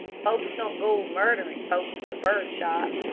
folks don't go murdering folks with bird shot.